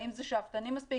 האם זה שאפתי מספיק?